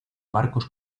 barcos